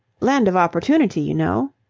land of opportunity, you know.